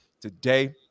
today